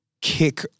kick